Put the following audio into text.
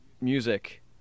music